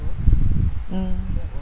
mm